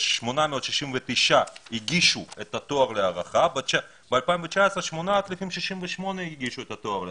7,869 הגישו את התואר להערכה ובשנת 2019 הגישו 8,068 את התואר להערכה.